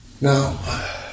Now